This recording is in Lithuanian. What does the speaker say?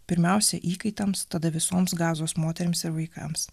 pirmiausia įkaitams tada visoms gazos moterims ir vaikams